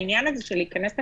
העניין הזה של להיכנס לחצרות,